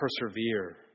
persevere